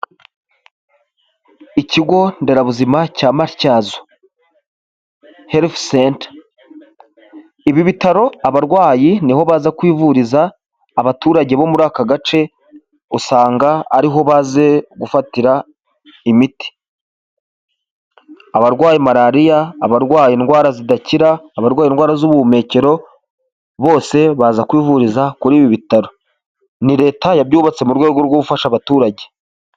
Ikigo nderabuzima cya Matyazo healh center. Ibi bitaro abarwayi ni ho baza kwivuriza, abaturage bo muri aka gace usanga ari ho baje gufatira imiti. Abarwaye malariya, abarwaye indwara zidakira, abarwaye indwara z'ubuhumekero, bose baza kwivuriza kuri ibi bitaro. Ni leta yabyubatse mu rwego rwo gufasha abaturage.